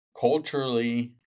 culturally